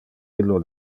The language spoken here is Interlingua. illo